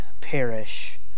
perish